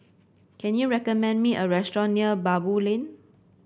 can you recommend me a restaurant near Baboo Lane